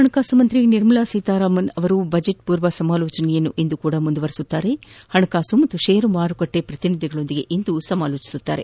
ಹಣಕಾಸು ಸಚಿವೆ ನಿರ್ಮಲಾ ಸೀತಾರಾಮನ್ ಅವರು ಬಜೆಟ್ ಪೂರ್ವ ಸಮಾಲೋಚನೆ ಇಂದೂ ಮುಂದುವರಿಸಿದ್ದು ಹಣಕಾಸು ಮತ್ತು ಷೇರುಮಾರುಕಟ್ಟೆ ಪ್ರತಿನಿಧಿಗಳೊಂದಿಗೆ ಸಮಾಲೋಚನೆ ನಡೆಸಲಿದ್ದಾರೆ